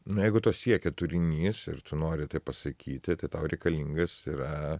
jeigu to siekia turinys ir tu nori tai pasakyti tai tau reikalingas yra